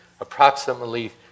approximately